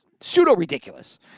pseudo-ridiculous